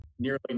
nearly